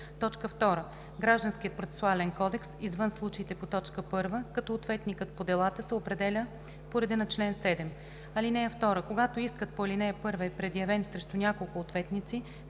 съд; 2. Гражданския процесуален кодекс – извън случаите по т. 1, като ответникът по делата се определя по реда на чл. 7. (2) Когато искът по ал. 1 е предявен срещу няколко ответници,